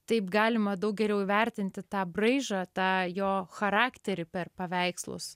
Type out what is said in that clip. taip galima daug geriau įvertinti tą braižą tą jo charakterį per paveikslus